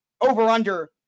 over-under